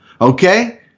okay